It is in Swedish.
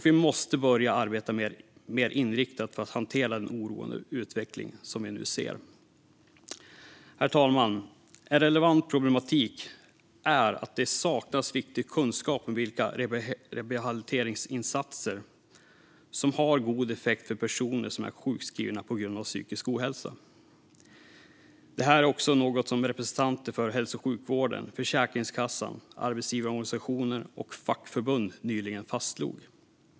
Vi måste börja arbeta mer inriktat för att hantera den oroande utvecklingen. Herr talman! En relevant problematik är att det saknas viktig kunskap om vilka rehabiliteringsinsatser som har god effekt för personer som är sjukskrivna på grund av psykisk ohälsa. Det är också något som representanter för hälso och sjukvården, Försäkringskassan, arbetsgivarorganisationer och fackförbund nyligen fastslog.